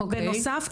בנוסף,